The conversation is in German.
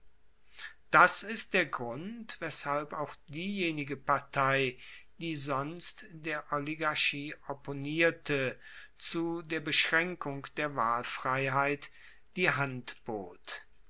das ist der grund weshalb auch diejenige partei die sonst der oligarchie opponierte zu der beschraenkung der wahlfreiheit die hand